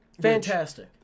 Fantastic